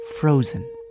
frozen